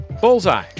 Bullseye